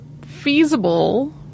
feasible